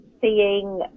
seeing